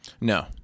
No